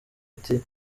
ati